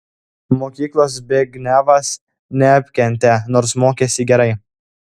mokyklos zbignevas neapkentė nors mokėsi gerai